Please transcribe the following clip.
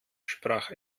sprach